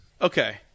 Okay